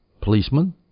policeman